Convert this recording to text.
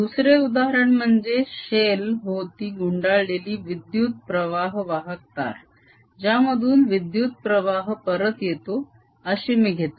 दुसरे उदाहरण म्हणजे शेल भोवती गुंडाळलेली विद्युत प्रवाह वाहक तार ज्यामधून विद्युत प्रवाह परत येतो अशी मी घेतो